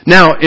Now